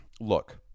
look